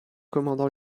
commandant